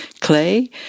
clay